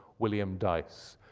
william dyce.